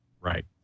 Right